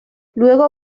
luego